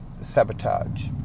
sabotage